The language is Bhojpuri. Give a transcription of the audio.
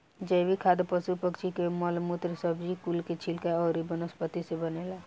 जैविक खाद पशु पक्षी के मल मूत्र, सब्जी कुल के छिलका अउरी वनस्पति से बनेला